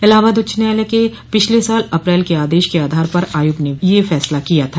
इलाहाबाद उच्च न्यायालय के पिछले साल अप्रैल के आदेश के आधार पर आयोग ने यह फैसला किया था